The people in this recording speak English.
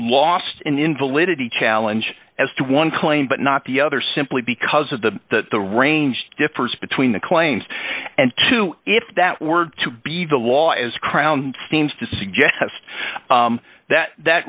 lost in invalidity challenge as to one claim but not the other simply because of the the range difference between the claims and two if that were to be the law is crown seems to suggest that that